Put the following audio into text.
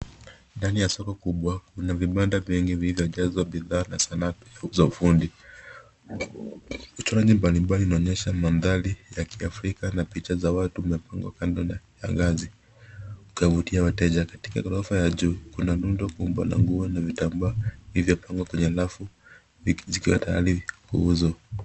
Ndani ya soko kubwa kuna vipande vingi vilivyojazwa bidhaa na zanaa za ufundi. Rangi Mbalibali unaonyesha mandhari ya Kiafrika na picha za watu yamepangwa kando na ngazi ukiwavutia wateja katika ghorofa ya juu kuna rundo kubwa la nguo na vitambaa vilivyopangwa kwenye rafu zikiwa tayari kuuzwa.